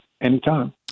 Anytime